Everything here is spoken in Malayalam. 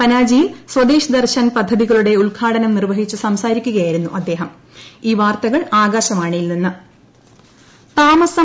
പനാജിയിൽ സ്വദേശ് ദർശൻ പദ്ധതികളുടെ ഉദ്ഘാടനം നിർവഹിച്ചു സംസാരിക്കുകയായിരുന്നു അദ്ദേഹം